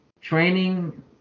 training